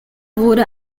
wurde